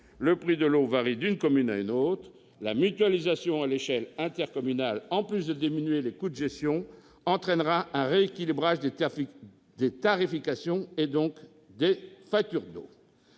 le prix de l'eau varie d'une commune à une autre. La mutualisation à l'échelle intercommunale, en plus de diminuer les coûts de gestion, entraînera un rééquilibrage des tarifications, et donc des factures d'eau.